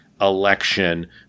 election